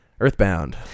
Earthbound